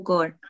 God